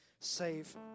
save